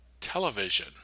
television